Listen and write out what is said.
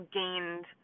gained